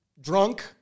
drunk